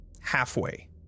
halfway